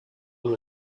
them